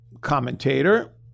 commentator